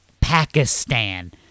pakistan